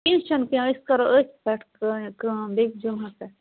کِیٚنٛہہ چھُ نہٕ کیٚنٛہہ أسۍ کَرو أتھۍ پٮ۪ٹھ کٲم بیکہِ جُمعہ ہَس پٮ۪ٹھ